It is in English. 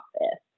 office